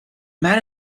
man